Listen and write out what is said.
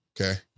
Okay